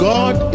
God